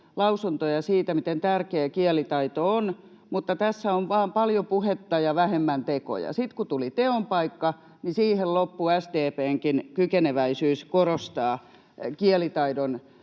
lausuntoja siitä, miten tärkeä kielitaito on, mutta tässä on vain paljon puhetta ja vähemmän tekoja. Sitten kun tuli teon paikka, niin siihen loppui SDP:nkin kykeneväisyys korostaa kielitaidon